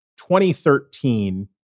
2013